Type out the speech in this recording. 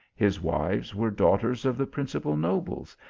his wives were daughters of the principal nobles,